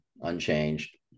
unchanged